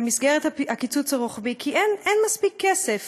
במסגרת הקיצוץ הרוחבי, כי אין מספיק כסף